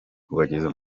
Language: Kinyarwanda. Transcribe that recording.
kubageza